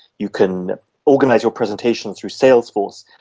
you can organise your presentation through salesforce,